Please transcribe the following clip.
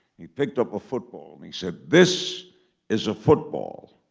he picked up a football. and he said, this is a football.